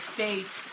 face